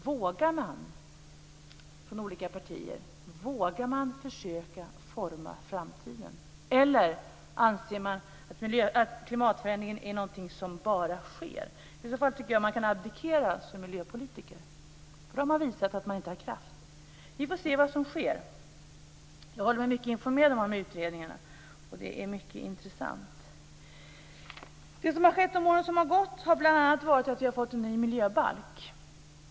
Vågar man från olika partier försöka forma framtiden, eller anser man att klimatförändringen är någonting som bara sker? I så fall kan man abdikera som miljöpolitiker, för då har man visat att man inte har kraft. Vi får se vad som sker. Jag håller mig väl informerad om de här utredningarna, och det är mycket intressant. Det som har skett under de år som har gått har bl.a. varit att vi har fått en ny miljöbalk.